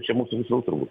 čia mūsų visų turbūt